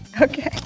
Okay